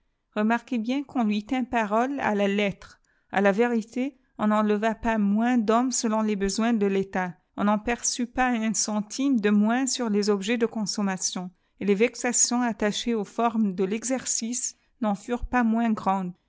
réunis remarquez bien qu'on lui tint parole à la letr tre a la vérité on n'en leva pas moins d'hommes selon les l esoinf de létat on n en perçut pas un centime de moins sur les objets de consommatig et les vexations attachées aux formes de vexer e n'en furenas moins grandes